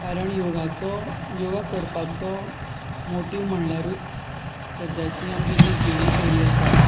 कारण योगाचो योगा करपाचो मोटीव म्हणल्यारूच सद्याची आमची जी जिणे शैली आसा